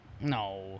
No